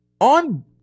On